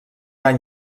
any